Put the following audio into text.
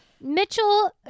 Mitchell